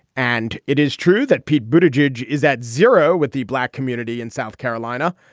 and it is true that pete boobage is at zero with the black community in south carolina.